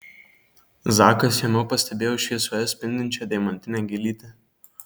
zakas jame pastebėjo šviesoje spindinčią deimantinę gėlytę